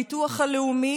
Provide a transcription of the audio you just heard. הביטוח הלאומי,